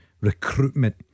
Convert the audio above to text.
Recruitment